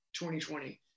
2020